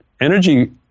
energy